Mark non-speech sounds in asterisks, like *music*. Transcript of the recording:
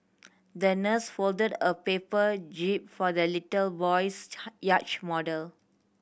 the nurse folded a paper jib for the little boy's *unintelligible* yacht model